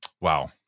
Wow